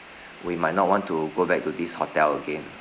we might not want to go back to this hotel again